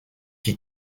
qui